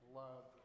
love